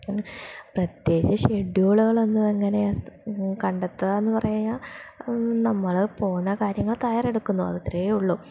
പ്രത്യേകിച്ച് ഷെഡ്യൂളുകളൊന്നും എങ്ങനെയാ കണ്ടെത്തുക എന്ന് പറഞ്ഞുകഴിഞ്ഞാൽ നമ്മൾ പോവുന്ന കാര്യങ്ങൾ തയ്യറെടുക്കുന്നു അതത്രേ ഉള്ളൂ